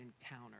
encounter